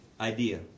idea